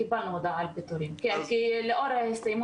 קיבלנו הודעה על פיטורין, לאור סיום